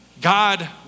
God